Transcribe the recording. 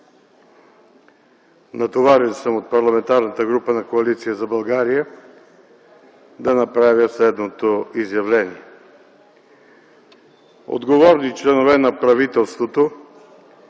Натоварен съм от Парламентарната група на Коалиция за България да направя следното изявление. Отговорни членове на правителството